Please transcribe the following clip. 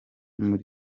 muri